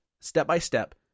step-by-step